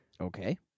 Okay